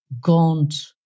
gaunt